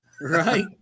Right